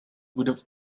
would